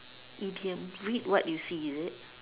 idioms read what you see is it